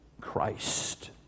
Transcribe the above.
Christ